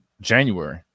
January